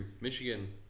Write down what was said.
Michigan